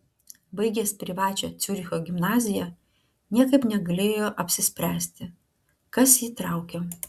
baigęs privačią ciuricho gimnaziją niekaip negalėjo apsispręsti kas jį traukia